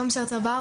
תום שרצר-בר,